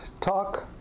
talk